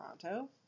Toronto